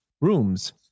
rooms